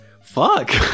Fuck